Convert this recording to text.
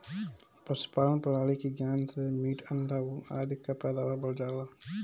पशुपालन प्रणाली के ज्ञान से मीट, अंडा, ऊन आदि कअ पैदावार बढ़ जाला